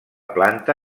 planta